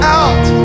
out